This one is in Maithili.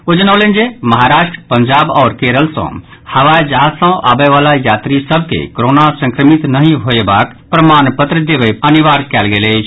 ओ जनौलनि जे महाराष्ट्र पंजाब आओर केरल सँ हवाई जहाज सँ आबयवला यात्री सभ के कोरोना संक्रमित नहि होएबाक प्रमाण पत्र देबय अनिवार्य कयल गेल अछि